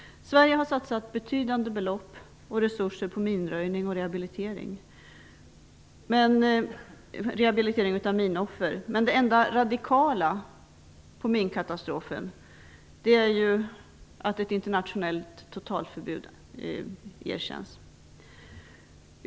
Sverige har satsat betydande belopp och resurser på minröjning och rehabilitering av minoffer. Men det enda radikala när det gäller minkatastrofen är att ett internationellt totalförbud blir erkänt.